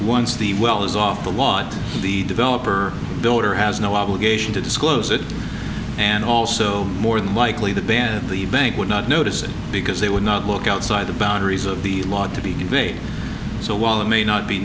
once the well is off the lot of the developer builder has no obligation to disclose it and also more than likely the band of the bank would not notice it because they would not look outside the boundaries of the law to be conveyed so while it may not be